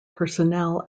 personnel